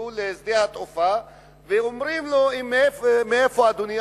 לשדה התעופה ואומרים לו: מאיפה אדוני?